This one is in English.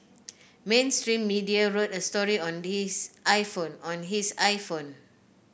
mainstream media wrote a story on this iPhone on his iPhone